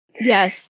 Yes